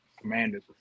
Commanders